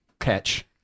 Catch